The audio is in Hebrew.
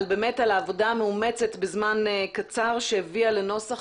על העבודה המאומצת בזמן קצר שהביאה לנוסח